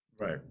Right